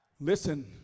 Listen